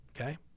Okay